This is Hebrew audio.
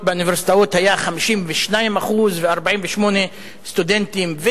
באוניברסיטאות היה 52% ו-48% סטודנטים,